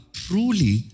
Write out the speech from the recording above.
truly